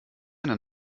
eine